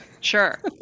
Sure